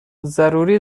ضروری